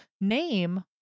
name